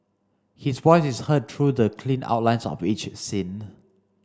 his voice is heard through the clean outlines of each scene